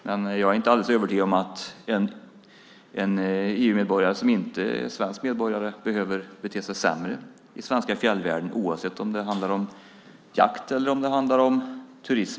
Jag är dock inte alldeles övertygad om att en EU-medborgare som inte är svensk medborgare skulle bete sig sämre i den svenska fjällvärlden antingen det nu gäller jakt eller annan turism.